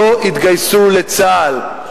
לא התגייסו לצה"ל.